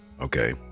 okay